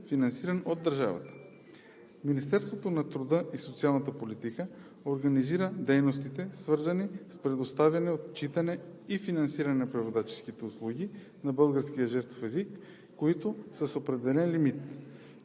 финансиран от държавата. Министерството на труда и социалната политика организира и координира дейностите, свързани с предоставяне, отчитане и финансиране на преводаческите услуги на българския жестов език, които са с определен лимит.